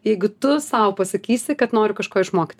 jeigu tu sau pasakysi kad noriu kažko išmokti